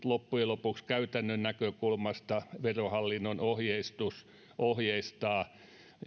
loppujen lopuksi hyvin epämääräisesti käytännön näkökulmasta verohallinnon ohjeistus ohjeistaa